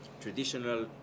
traditional